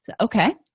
okay